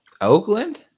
Oakland